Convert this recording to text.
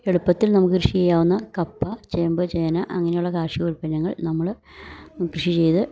എളുപ്പത്തിൽ നമുക്ക് കൃഷി ചെയ്യാവുന്ന കപ്പ ചേമ്പ് ചേന അങ്ങനെയുള്ള കാർഷിക ഉൽപ്പന്നങ്ങൾ നമ്മള് കൃഷി ചെയ്ത്